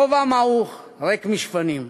כובע מעוך ריק משפנים".